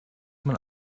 man